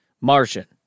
Martian